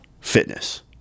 fitness